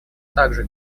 также